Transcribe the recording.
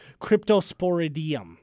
Cryptosporidium